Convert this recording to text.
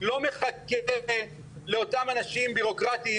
לא מחכה לאותם אנשים בירוקרטיים,